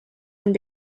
and